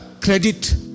credit